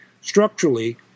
Structurally